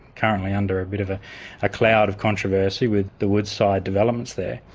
currently under a bit of ah a cloud of controversy with the woodside developments there.